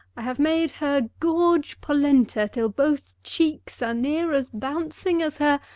i have made her gorge polenta till both cheeks are near as bounc ing as her.